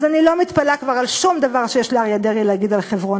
אז אני לא מתפלאה כבר על שום דבר שיש לאריה דרעי להגיד על חברון.